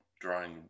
drawing